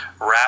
wrap